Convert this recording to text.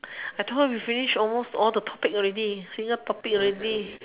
I told her we finish almost all the topics already running out topic already